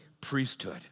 priesthood